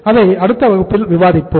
அதை அடுத்த வகுப்பில் விவாதிப்போம்